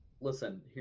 listen